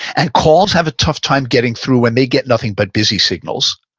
and calls have a tough time getting through when they get nothing but busy signals,